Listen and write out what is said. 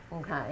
Okay